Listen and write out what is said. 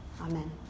Amen